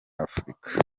afurika